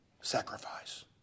sacrifice